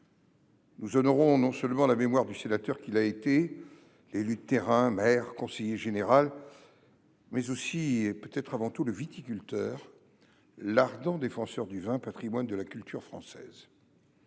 Nous honorons non seulement la mémoire du sénateur qu’il a été, de l’élu de terrain – il fut maire et conseiller général –, mais aussi et peut être avant tout le viticulteur, l’ardent défenseur du vin, patrimoine de la culture française.